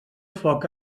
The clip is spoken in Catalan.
foc